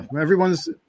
Everyone's